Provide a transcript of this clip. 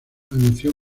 anunció